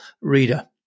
reader